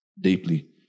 deeply